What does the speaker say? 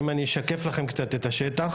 אם אני אשקף לכם קצת את השטח,